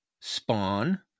Spawn